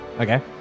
Okay